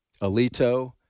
Alito